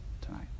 tonight